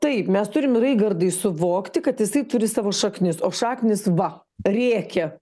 taip mes turim raigardai suvokti kad jisai turi savo šaknis o šaknys va rėkia